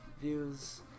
views